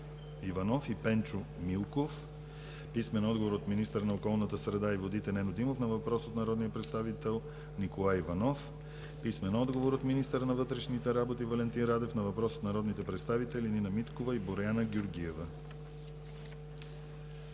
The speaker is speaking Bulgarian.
Иванов и Пенчо Милков; – от министъра на околната среда и водите Нено Димов на въпрос от народния представител Николай Иванов; – от министъра на вътрешните работи Валентин Радев на въпрос от народните представители Нина Миткова и Боряна Георгиева.